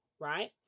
right